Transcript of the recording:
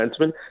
defenseman